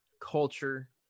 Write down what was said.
culture